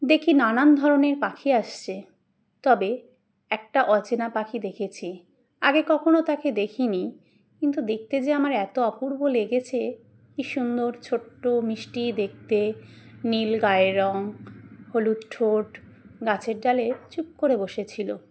দেখি নানান ধরনের পাখি আসছে তবে একটা অচেনা পাখি দেখেছি আগে কখনও তাকে দেখিনি কিন্তু দেখতে যে আমার এত অপূর্ব লেগেছে কি সুন্দর ছোট্ট মিষ্টি দেখতে নীল গায়েের রঙ হলুদ ঠোঁট গাছের ডালে চুপ করে বসেছিলো